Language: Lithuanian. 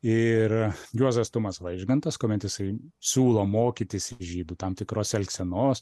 ir juozas tumas vaižgantas kuomet jisai siūlo mokytis iš žydų tam tikros elgsenos